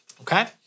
okay